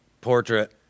portrait